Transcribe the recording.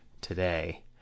today